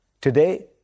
Today